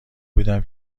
بودم